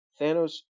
Thanos